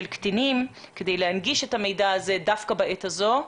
קטינים כדי להנגיש את המידע הזה דווקא בעת הזו.